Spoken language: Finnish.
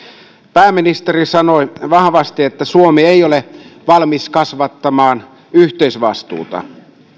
pääministeri sanoi vahvasti että suomi ei ole valmis kasvattamaan yhteisvastuuta